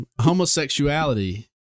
homosexuality